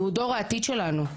הוא דור העתיד שלנו,